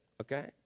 okay